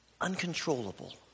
uncontrollable